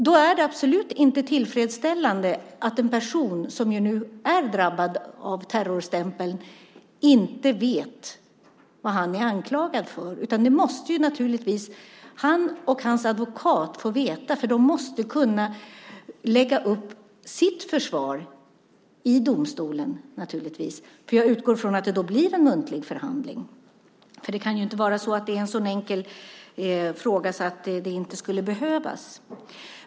Då är det absolut inte tillfredsställande att en person som nu är drabbad av terroriststämpeln inte vet vad han är anklagad för. Det måste naturligtvis han och hans advokat få veta. De måste kunna lägga upp sitt försvar i domstolen. Jag utgår från att det blir en muntlig förhandling. Det här kan ju inte vara en så enkel fråga att det inte skulle behövas.